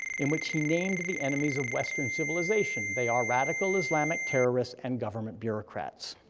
in which he named the enemies of western civilization, they are radical islamic terrorists and government bureaucrats.